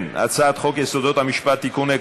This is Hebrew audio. ההצעה להעביר את הצעת חוק יסודות המשפט (תיקון,